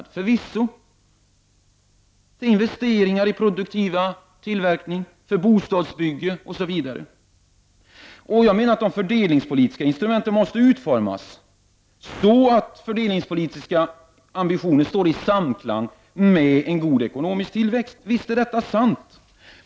Den behövs för bl.a. investeringar i produktiv tillverkning, för bostadsbyggande osv. De fördelningspolitiska instrumenten måste utformas så att fördelningspolitiska ambitioner står i samklang med en god ekonomisk tillväxt. Visst är detta sant.